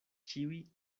ĉiuj